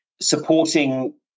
supporting